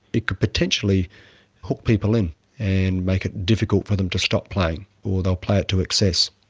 it could potentially hook people in and make it difficult for them to stop playing or they'll play it to excess.